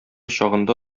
чагында